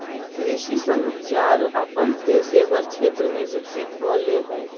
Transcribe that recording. कृषि संचार अपन पेशेवर क्षेत्र में विकसित होले हें